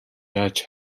яаж